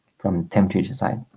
from temperature side